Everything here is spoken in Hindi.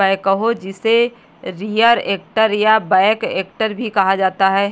बैकहो जिसे रियर एक्टर या बैक एक्टर भी कहा जाता है